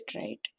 right